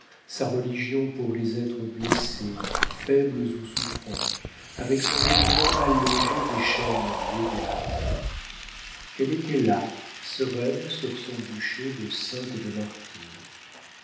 sa religion pour les êtres blessés faibles ou souffrants avec son dévouement allégé des chaînes légales elle était là sereine sur son bûcher de sainte et de martyre